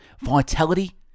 Vitality